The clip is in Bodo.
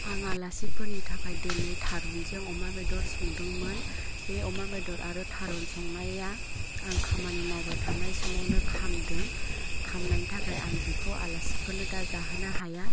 आं आलासिफोरनि थाखाय दिनै थारुनजों अमा बेदर संदोंमोन बे अमा बेदर आरो थारुन संनाया आं खामानि मावबाय थानाय समावनो खामदों खामनायनि थाखाय आं बेखौ आलासिफोरनो दा जाहोनो हाया